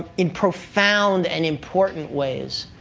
in profound and important ways,